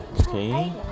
okay